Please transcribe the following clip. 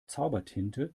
zaubertinte